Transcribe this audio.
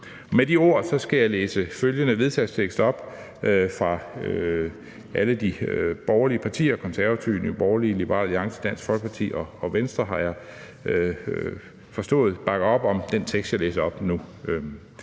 Med de ord skal jeg læse følgende forslag til vedtagelse op på vegne af alle de borgerlige partier. Konservative, Nye Borgerlige, Liberal Alliance, Dansk Folkeparti – og Venstre – har jeg forstået bakker op om den tekst, jeg læser op nu.